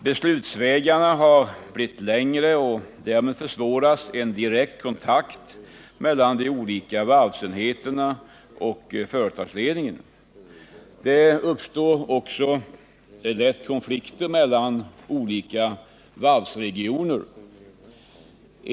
Beslutsvägarna har blivit längre, och därmed försvåras en direkt kontakt mellan de olika varvsenheterna och företagsledningen. Det uppstår också lätt konflikter mellan olika varvsregioner.